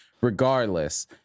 regardless